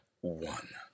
one